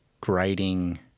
grading